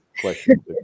question